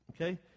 okay